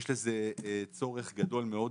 יש לזה צורך גדול מאוד.